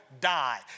die